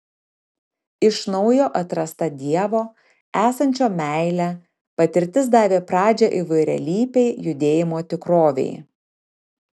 iš naujo atrasta dievo esančio meile patirtis davė pradžią įvairialypei judėjimo tikrovei